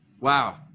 wow